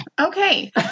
Okay